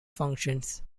functions